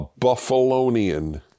Buffalonian